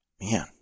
man